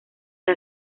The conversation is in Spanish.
que